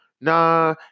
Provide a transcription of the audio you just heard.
nah